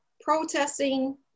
protesting